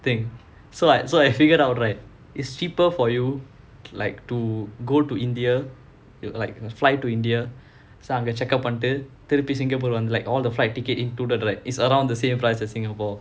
thing so I so I figured out right it's cheaper for you like to go to india you like fly to india so அங்க:anga checkup பண்ணிட்டு:pannittu like all the flight ticket into direct is around the same price as singapore